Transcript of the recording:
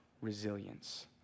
Resilience